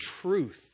truth